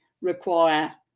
require